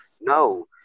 No